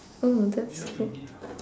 oh that's good